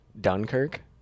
Dunkirk